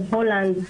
הולנד,